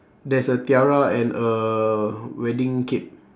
there's a tiara and a wedding cake